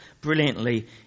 brilliantly